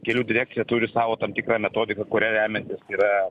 kelių direkcija turi savo tam tikrą metodiką kuria remiantis yra